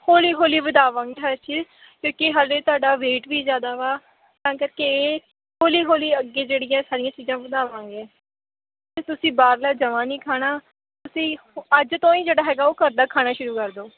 ਹੌਲੀ ਹੌਲੀ ਵਧਾਵਾਂਗੀ ਹਰ ਚੀਜ਼ ਕਿਉਂਕਿ ਹਜੇ ਤੁਹਾਡਾ ਵੇਟ ਵੀ ਜ਼ਿਆਦਾ ਵਾ ਤਾਂ ਕਰਕੇ ਹੌਲੀ ਹੌਲੀ ਅੱਗੇ ਜਿਹੜੀਆਂ ਸਾਰੀਆਂ ਚੀਜ਼ਾਂ ਵਧਾਵਾਂਗੇ ਅਤੇ ਤੁਸੀਂ ਬਾਹਰਲਾ ਜਮਾਂ ਨਹੀਂ ਖਾਣਾ ਤੁਸੀਂ ਅੱਜ ਤੋਂ ਹੀ ਜਿਹੜਾ ਹੈਗਾ ਉਹ ਘਰ ਦਾ ਖਾਣਾ ਸ਼ੁਰੂ ਕਰ ਦਿਓ